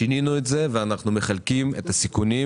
שינינו את זה ואנחנו מחלקים את הסיכונים